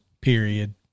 period